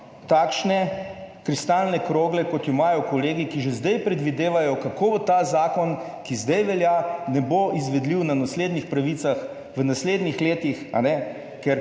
takšne kristalne krogle, kot jo imajo kolegi, ki že zdaj predvidevajo kako bo ta zakon, ki zdaj velja, ne bo izvedljiv na naslednjih pravicah v naslednjih letih, ker